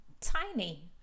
tiny